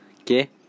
Okay